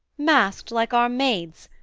masked like our maids,